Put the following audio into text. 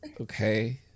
okay